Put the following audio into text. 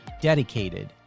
dedicated